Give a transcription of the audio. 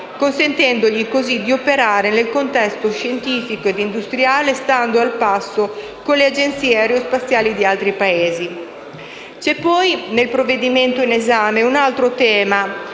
consentendogli così di operare nel contesto scientifico e industriale, stando al passo con le agenzie aerospaziali di altri Paesi. C'è poi, nel provvedimento in esame, un altro tema